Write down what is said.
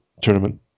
tournament